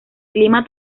clima